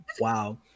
wow